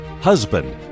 husband